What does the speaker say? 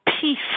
peace